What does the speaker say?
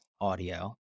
audio